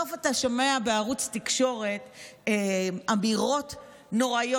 ובסוף אתה שומע בערוץ תקשורת אמירות נוראיות.